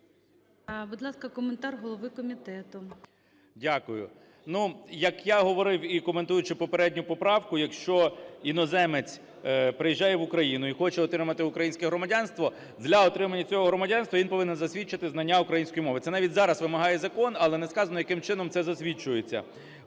як я говорив, і коментуючи попередню поправку, якщо іноземець приїжджає в Україну і хоче отримати українське громадянство, для отримання цього громадянства він повинен засвідчити знання української мови. Це навіть зараз вимагає закон, але не сказано, яким чином це засвідчується.